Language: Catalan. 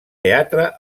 teatre